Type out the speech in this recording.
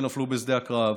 שנפלו בשדה הקרב.